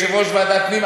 יושב ראש ועדת הפנים,